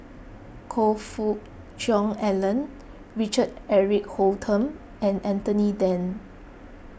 Choe Fook Cheong Alan Richard Eric Holttum and Anthony then